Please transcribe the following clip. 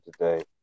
today